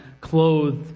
clothed